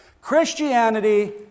Christianity